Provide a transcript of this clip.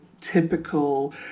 typical